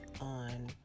on